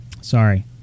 Sorry